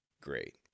great